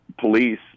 police